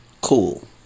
Cool